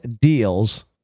deals